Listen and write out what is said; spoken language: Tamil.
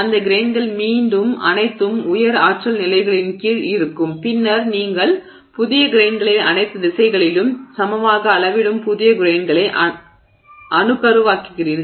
அந்த கிரெய்ன்கள் மீண்டும் அனைத்தும் உயர் ஆற்றல் நிலைகளின் கீழ் இருக்கும் பின்னர் நீங்கள் புதிய கிரெய்ன்களை அனைத்து திசைகளிலும் சமமாக அளவிடும் புதிய கிரெய்ன்களை அணுக்கருவாக்குவீர்கள்